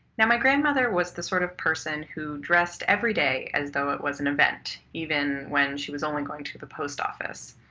now my grandmother was the sort of person who dressed every day as though it was an event, even when she was only going to the post office.